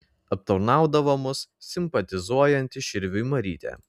aptarnaudavo mus simpatizuojanti širviui marytė